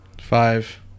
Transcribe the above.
Five